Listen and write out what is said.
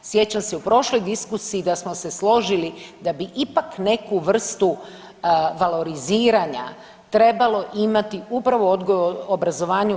Sjećam se u prošloj diskusiji da smo se složili da bi ipak neku vrstu valoriziranja trebalo imati upravo u odgoju i obrazovanju.